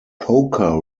poker